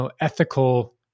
ethical